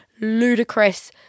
ludicrous